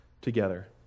together